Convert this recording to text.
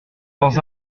dans